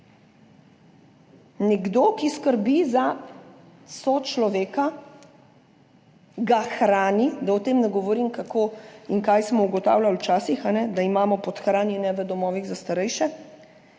Nekdo, ki skrbi za sočloveka, ga hrani – da o tem ne govorim, kako in kaj smo ugotavljali včasih, da imamo podhranjene v domovih za starejše,